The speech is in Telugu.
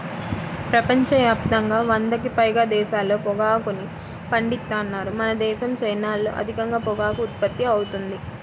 ప్రపంచ యాప్తంగా వందకి పైగా దేశాల్లో పొగాకుని పండిత్తన్నారు మనదేశం, చైనాల్లో అధికంగా పొగాకు ఉత్పత్తి అవుతుంది